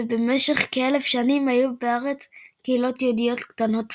ובמשך כאלף שנים היו בארץ קהילות יהודיות קטנות מאוד.